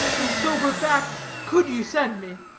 in sober fact, could you send me?